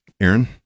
aaron